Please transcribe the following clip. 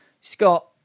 Scott